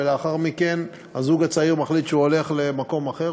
ולאחר מכן הזוג הצעיר מחליט שהוא הולך למקום אחר,